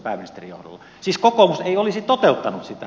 siis kokoomus ei olisi toteuttanut sitä